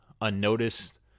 unnoticed